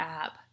app